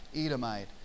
Edomite